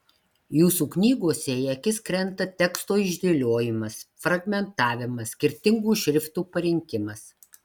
jūsų knygose į akis krenta teksto išdėliojimas fragmentavimas skirtingų šriftų parinkimas